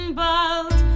bald